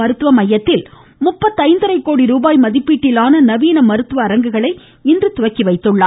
மருத்துவ மையத்தில் முப்பத்தைந்தரை கோடி ரூபாய் மதிப்பீட்டிலான நவீன மருத்துவ அரங்குகளை இன்று துவக்கி வைத்துள்ளார்